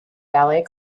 ballet